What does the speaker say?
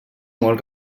molt